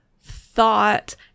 thought